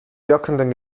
wirkenden